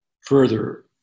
further